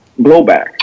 blowback